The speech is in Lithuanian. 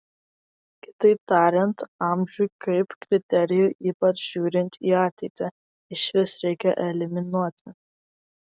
kitaip tariant amžių kaip kriterijų ypač žiūrint į ateitį išvis reikia eliminuoti